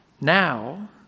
now